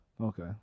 okay